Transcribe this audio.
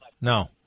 No